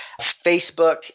Facebook